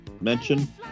mention